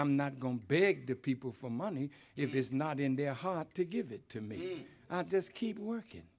i'm not going to beg the people for money if it's not in their heart to give it to me just keep working